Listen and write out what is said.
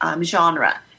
genre